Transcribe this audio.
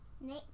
Nick